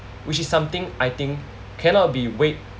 which is something I think cannot be weighed